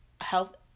health